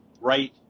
right